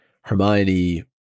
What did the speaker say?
hermione